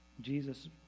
Jesus